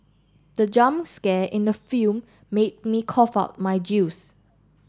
the jump scare in the film made me cough out my juice